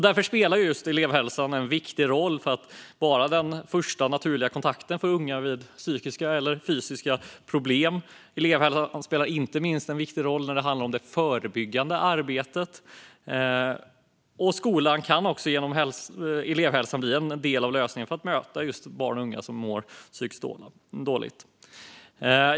Därför spelar just elevhälsan en viktig roll som den första naturliga kontakten för unga vid psykiska eller fysiska problem. Elevhälsan spelar inte minst en viktig roll när det handlar om det förebyggande arbetet. Skolan kan också genom elevhälsan bli en del av lösningen för att möta barn och unga som mår psykiskt dåligt.